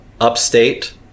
upstate